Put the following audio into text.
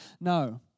No